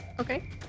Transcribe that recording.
Okay